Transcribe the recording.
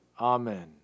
Amen